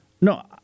No